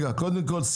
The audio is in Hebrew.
קודם כל,